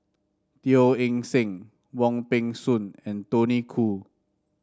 Teo Eng Seng Wong Peng Soon and Tony Khoo